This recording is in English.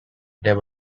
there